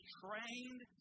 trained